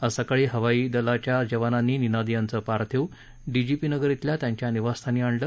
आज सकाळी हवाई दलाच्या जवानांनी निनाद यांचं पार्थिव डीजीपी नगर इथल्या त्यांच्या निवासस्थानी आणलं